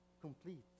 Complete